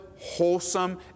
Wholesome